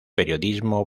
periodismo